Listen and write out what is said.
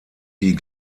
die